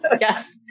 Yes